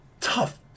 Tough